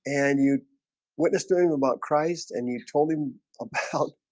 and you witness to him about christ and you told him about